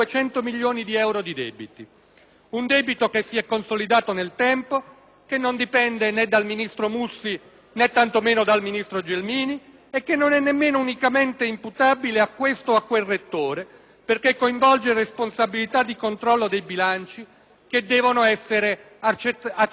un debito che si è consolidato nel tempo, che non dipende né dal Ministro Mussi né tantomeno dal ministro Gelmini e che non è nemmeno unicamente imputabile a questo o a quel rettore perché coinvolge responsabilità di controllo dei bilanci che devono essere accertate dagli organi competenti.